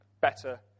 better